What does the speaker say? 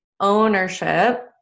ownership